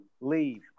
leave